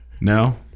No